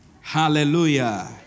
Hallelujah